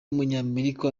w’umunyamerika